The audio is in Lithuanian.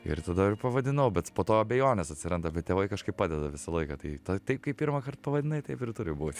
ir tada ir pavadinau bet po to abejonės atsiranda tėvai kažkaip padeda visą laiką tai tai kaip pirmą kart pavadinai taip ir turi būt